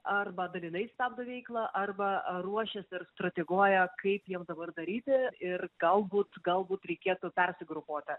arba dalinai stabdo veiklą arba ruošiasi ir strateguoja kaip jiems dabar daryti ir galbūt galbūt reikėtų persigrupuoti